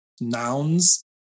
nouns